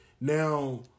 Now